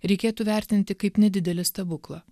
reikėtų vertinti kaip nedidelį stebuklą